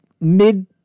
mid